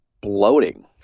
bloating